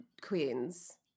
queens